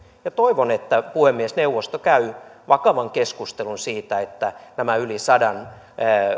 ja toivon että puhemiesneuvosto käy vakavan keskustelun siitä että nämä yli sadan